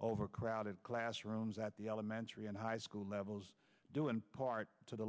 overcrowded classrooms at the elementary and high school levels due in part to the